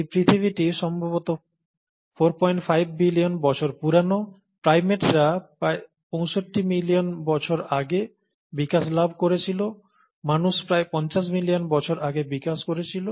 এই পৃথিবীটি সম্ভবত 45 বিলিয়ন বছর পুরানো প্রাইমেটরা প্রায় 65 মিলিয়ন বছর আগে বিকাশ লাভ করেছিল মানুষ প্রায় 50 মিলিয়ন বছর আগে বিকাশ করেছিল